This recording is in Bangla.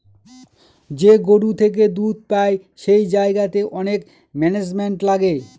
যে গরু থেকে দুধ পাই সেই জায়গাতে অনেক ম্যানেজমেন্ট লাগে